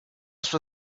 sua